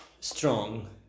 strong